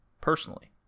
personally